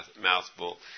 mouthful